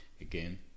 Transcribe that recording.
Again